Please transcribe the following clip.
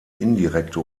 indirekte